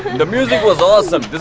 the music was awesome. this